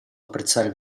apprezzare